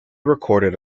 recorded